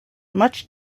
much